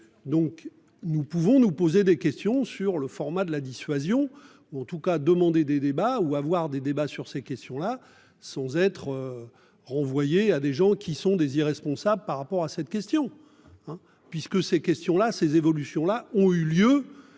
Donc nous pouvons nous poser des questions sur le format de la dissuasion ou en tout cas demandé des débats ou avoir des débats sur ces questions là sans être. Renvoyées à des gens qui sont des irresponsables par rapport à cette question. Hein puisque ces questions là. Ces évolutions-là ont eu lieu.